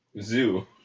Zoo